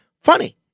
funny